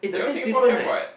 there was Singapore had what